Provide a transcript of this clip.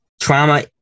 trauma